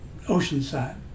Oceanside